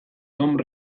tomb